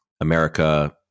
America